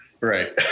Right